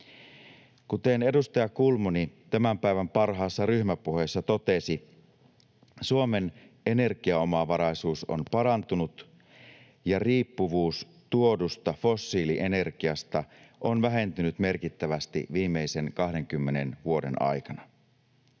Kuten edustaja Kulmuni tämän päivän parhaassa ryhmäpuheessa totesi, Suomen energiaomavaraisuus on parantunut ja riippuvuus tuodusta fossiilienergiasta on vähentynyt merkittävästi viimeisen 20 vuoden aikana.